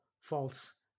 false